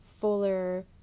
fuller